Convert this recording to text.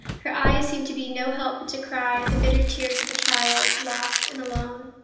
her eyes seemed to be no help but to cry the bitter tears of a child lost and alone.